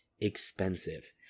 expensive